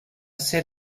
said